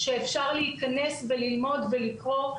ואפשר להיכנס וללמוד ולקרוא.